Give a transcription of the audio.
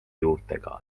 juurtega